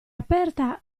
aperta